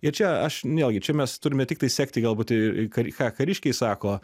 ir čia aš nu vėlgi čia mes turime tiktai sekti galbūt ką ką kariškiai sako